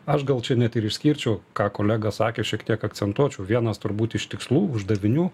aš gal čia net ir išskirčiau ką kolega sakė šiek tiek akcentuočiau vienas turbūt iš tikslų uždavinių